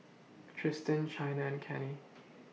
Tristen Chynna and Cannie